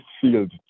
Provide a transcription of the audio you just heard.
field